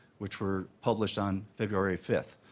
which were published on february five.